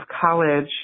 college